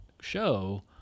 show